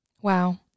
Wow